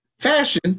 fashion